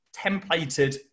templated